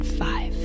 five